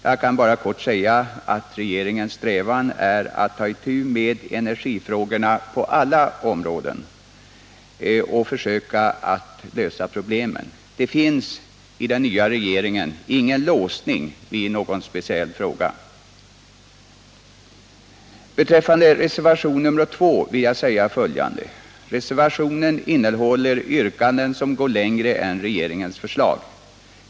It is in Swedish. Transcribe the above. Jag vill bara kort säga att regeringens strävan är att ta itu med energifrågorna på alla områden och försöka lösa problemen. I den nya regeringen finns ingen låsning vid någon speciell fråga. i Beträffande reservationen 2 vill jag säga följande. Reservationen innehåller yrkanden som går längre än regeringens förslag.